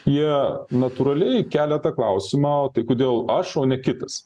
jie natūraliai kelia tą klausimą o tai kodėl aš o ne kitas